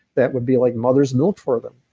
that would be like mother's milk for them.